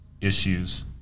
issues